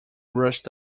rushed